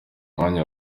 mwanya